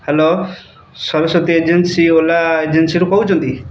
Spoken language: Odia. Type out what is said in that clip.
ହ୍ୟାଲୋ ସରସ୍ଵତୀ ଏଜେନ୍ସି ଓଲା ଏଜେନ୍ସିରୁ କହୁଛନ୍ତି